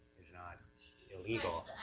is not illegal,